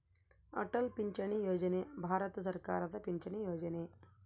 ಅಟಲ್ ಪಿಂಚಣಿ ಯೋಜನೆ ಭಾರತ ಸರ್ಕಾರದ ಪಿಂಚಣಿ ಯೊಜನೆ